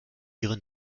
ihre